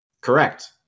correct